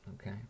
Okay